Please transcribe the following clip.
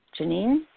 Janine